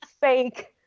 fake